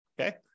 Okay